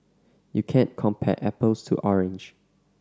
you can't compare apples to orange